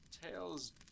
tails